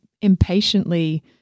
impatiently